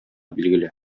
билгеле